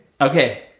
Okay